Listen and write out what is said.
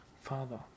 Father